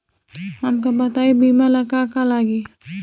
हमका बताई बीमा ला का का लागी?